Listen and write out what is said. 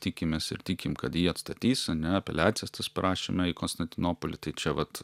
tikimės ir tikim kad jie atstatys ane apeliacijas tas parašėme į konstantinopolį tai čia vat